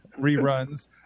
reruns